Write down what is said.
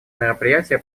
мероприятие